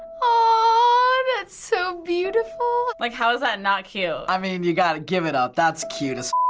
aww, that's so beautiful. like how is that not cute? i mean, you gotta give it up. that's cute as